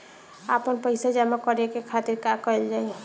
आपन पइसा जमा करे के खातिर का कइल जाइ?